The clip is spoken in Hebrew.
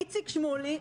איציק שמולי,